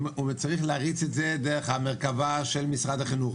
הוא צריך להריץ את זה דרך המרכב"ה של משרד החינוך.